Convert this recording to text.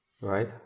Right